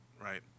right